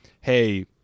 hey